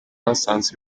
basanze